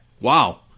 Wow